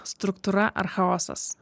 struktūra ar chaosas